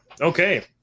Okay